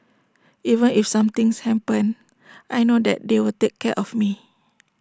even if something happens I know that they will take care of me